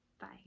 Bye